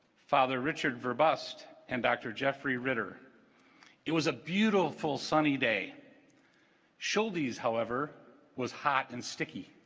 father richard burr bust and dr. jeffrey ritter it was a beautiful sunny day scholl dee's however was hot and sticky